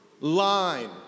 line